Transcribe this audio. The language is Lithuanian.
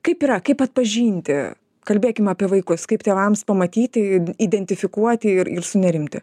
kaip yra kaip atpažinti kalbėkim apie vaikus kaip tėvams pamatyti identifikuoti ir ir sunerimti